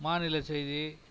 மாநில செய்தி